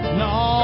no